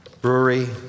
brewery